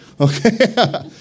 Okay